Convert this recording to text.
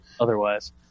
Otherwise